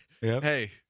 hey